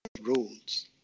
rules